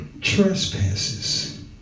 trespasses